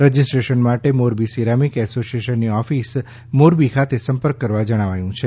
registration માટે Morbi ceramic એસોસીએશનની office Morbi ખાતે સંપર્ક કરવા જણાવાયું છે